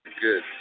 Good